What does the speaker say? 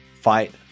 fight